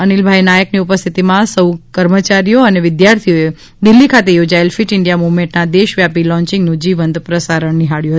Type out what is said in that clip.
અનિલભાઈ નાયકની ઉપસ્થિતિમાં સૌ કર્મચારીઓ અને વિધાર્થીઓએ દિલ્હી ખાતે યોજાયેલ ફિટ ઈન્ડિયા મ્રવમેન્ટના દેશવ્યાપી લોન્ચિગનું જીવંત પ્રસારણ નિહાળ્યું હતું